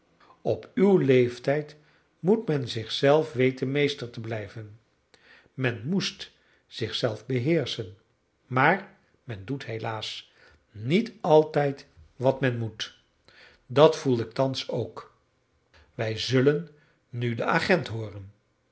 op uw leeftijd moet men zich zelf weten meester te blijven men moest zich zelf beheerschen maar men doet helaas niet altijd wat men moet dat voel ik thans ook wij zullen nu den agent hooren